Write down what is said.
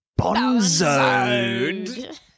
bonzoed